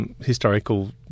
Historical